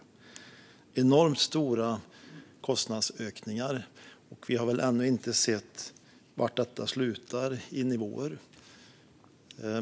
Det är enormt stora kostnadsökningar, och vi har väl ännu inte sett på vilka nivåer detta slutar.